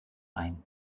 ein